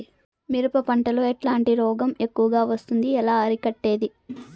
మిరప పంట లో ఎట్లాంటి రోగం ఎక్కువగా వస్తుంది? ఎలా అరికట్టేది?